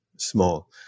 Small